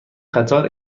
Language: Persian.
قطار